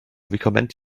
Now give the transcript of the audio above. recommend